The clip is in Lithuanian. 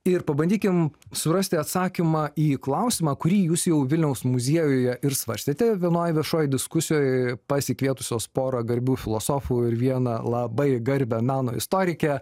ir pabandykim surasti atsakymą į klausimą kurį jūs jau vilniaus muziejuje ir svarstėte vienoj viešoj diskusijoj pasikvietusios porą garbių filosofų ir vieną labai garbią meno istorikę